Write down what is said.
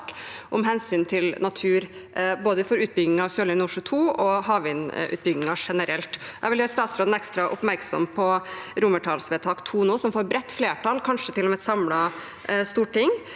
om hensynet til natur for både utbygging av Sørlige Nordsjø II og havvindutbyggingen generelt. Jeg vil nå gjøre statsråden ekstra oppmerksom på vedtak II, som får bredt flertall, kanskje til og med fra et samlet storting,